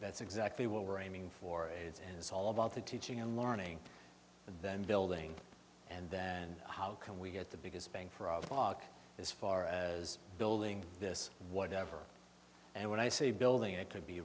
that's exactly what we're aiming for aids and it's all about the teaching and learning and then building and then how can we get the biggest bang for our buck as far as building this whatever and when i say building it could be